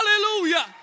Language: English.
Hallelujah